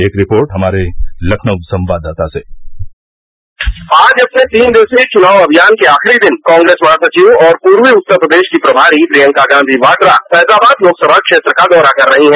एक रिपोर्ट हमारे लखनऊ संवददाता से आज अपने तीन दिवसीय चुनाव अभियान के आखिरी दिन कांग्रेस महासविव और पूर्वी उत्तर प्रदेश की प्रभारी प्रियंका गांधी बाड़ा फैजाबाद लोकसभा क्षेत्र का दौरा कर रही हैं